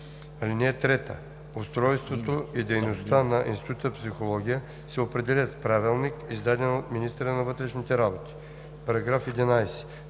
(3) Устройството и дейността на Института по психология се определят с правилник, издаден от министъра на вътрешните работи.“